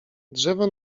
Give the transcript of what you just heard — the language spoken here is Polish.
drzewo